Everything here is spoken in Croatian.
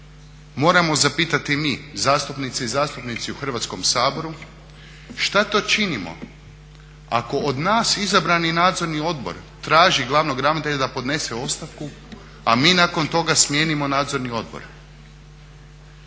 moram zapitati mi zastupnice i zastupnici u Hrvatskom saboru šta to činimo ako od nas izabrani nadzorni odbor traži glavnog ravnatelja da podnese ostavku, a mi nakon toga smijenimo nadzorni odbor,